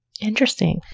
Interesting